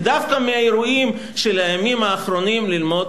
ודווקא מהאירועים של הימים האחרונים ללמוד